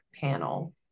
panel